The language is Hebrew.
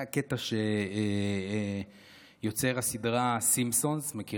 היה קטע של יוצר הסדרה סימפסונס, מכירים?